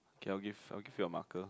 okay I will give I will give you a marker